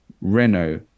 Renault